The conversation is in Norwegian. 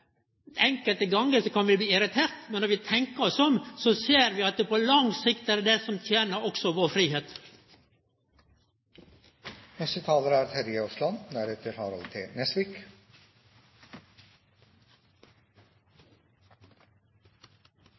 enkelte gonger kan vi bli irriterte, men når vi tenkjer oss om, ser vi at på lang sikt er det dette som tener også vår